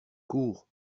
cours